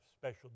special